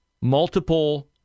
multiple